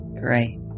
Great